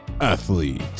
Athlete